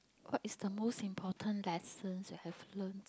what is the most important lessons you have learn